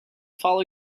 follow